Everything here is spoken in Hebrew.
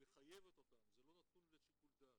היא מחייבת אותם, זה לא נתון לשיקול דעת.